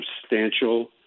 substantial